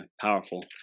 Powerful